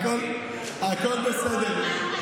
הכול בסדר.